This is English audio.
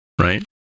right